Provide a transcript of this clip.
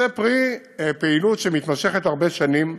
זה פרי פעילות שמתמשכת הרבה שנים.